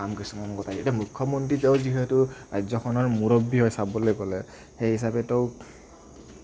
কাম কিছুমান গতাই দিয়ে মূখ্যমন্ত্ৰী তেওঁ যিহেতু ৰাজ্যখনৰ মুৰব্বী হয় চাবলে গ'লে সেই হিচাপে ত'